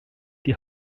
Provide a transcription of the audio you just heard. die